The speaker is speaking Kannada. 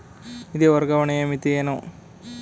ನಿಧಿ ವರ್ಗಾವಣೆಯ ಮಿತಿ ಏನು?